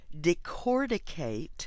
decorticate